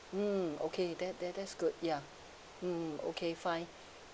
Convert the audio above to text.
mm okay that that that's good ya mm okay fine